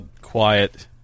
quiet